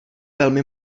velmi